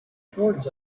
towards